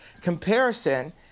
comparison